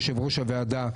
יושב-ראש הוועדה,